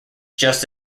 just